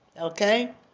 okay